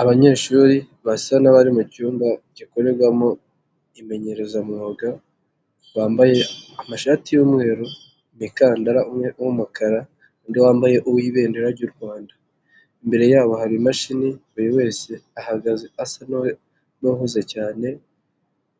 Abanyeshuri basa n'abari mu cyumba gikorerwamo imenyerezamwuga, bambaye amashati y'umweru, imikandara y'umukara, undi yambaye uw'ibendera ry'u Rwanda. Imbere yabo hari imashini buri wese ahagaze asa n'uhuze cyane,